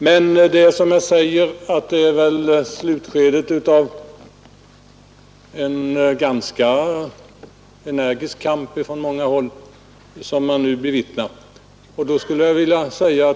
Men det är slutskedet av en ganska energisk kamp från många håll som Nr 84 man nu bevittnar.